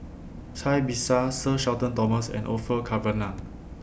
Cai Bixia Sir Shenton Thomas and Orfeur Cavenagh